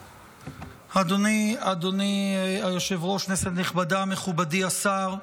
אדוני היושב-ראש, כנסת נכבדה, מכובדי השר,